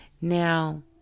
Now